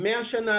100 שנה?